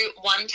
one